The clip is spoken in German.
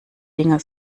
dinger